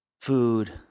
food